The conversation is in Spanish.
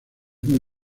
muy